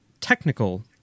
technical